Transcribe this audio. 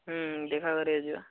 ହୁଁ ଦେଖା କରିବାକୁ ଯିବା